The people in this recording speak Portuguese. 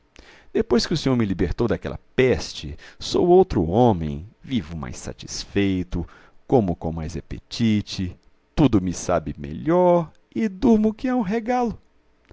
depois que o sr me libertou daquela peste sou outro homem vivo mais satisfeito como com mais apetite tudo me sabe melhor e durmo que é um